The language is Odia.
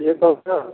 କିଏ କହୁଛ